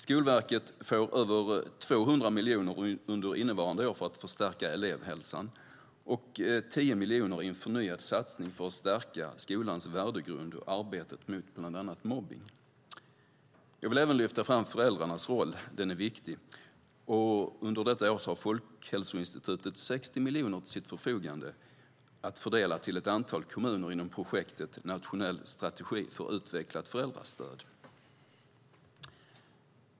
Skolverket får över 200 miljoner under innevarande år för att förstärka elevhälsan och 10 miljoner i en förnyad satsning för att stärka skolans värdegrund och arbetet mot bland annat mobbning. Jag vill även lyfta fram föräldrarnas roll. Den är viktig. Under detta år har Folkhälsoinstitutet 60 miljoner till sitt förfogande att fördela till ett antal kommuner inom projektet Nationell strategi för utvecklat föräldrastöd.